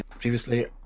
previously